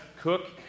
cook